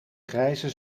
grijze